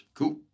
Cool